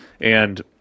and-